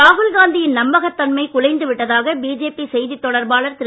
ராகுல் காந்தியின் நம்பகத் தன்மை குலைந்து விட்டதாக பிஜேபி செய்தி தொடர்பாளர் திரு